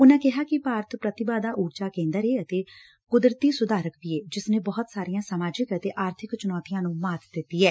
ਉਨਾਂ ਕਿਹਾ ਕਿ ਭਾਰਤ ਪ੍ਰਤਿਭਾ ਦਾ ਉਰਜਾ ਕੇਂਦਰ ਏ ਅਤੇ ਕੁਦਤਰੀ ਸੁਧਾਰਕ ਵੀ ਏ ਜਿਸ ਨੇ ਬਹੁਤ ਸਾਰੀਆਂ ਸਮਾਜਿਕ ਅਤੇ ਆਰਬਿਕ ਚਣੌਤੀਆ ਨੰ ਮਾਤ ਦਿੱਤੀ ਐ